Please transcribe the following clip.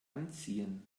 anziehen